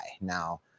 Now